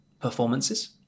performances